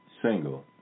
Single